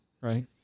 Right